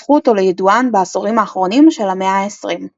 הפכו אותו לידוען בעשורים האחרונים של המאה ה-20.